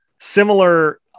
similar